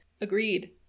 Agreed